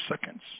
seconds